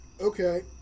Okay